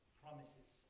promises